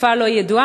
לתקופה לא ידועה,